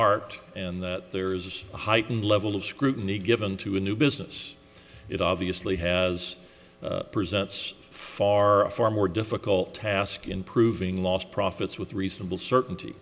art and that there is a heightened level of scrutiny given to a new business it obviously has presents far far more difficult task in proving last profits with reasonable certainty